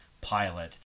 pilot